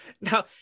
Now